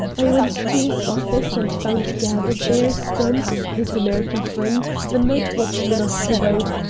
i went to his office, and found gathered there stumps, his american friend, the night watchman of the boat,